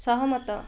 ସହମତ